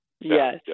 Yes